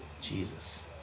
Jesus